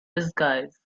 disguise